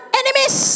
enemies